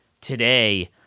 today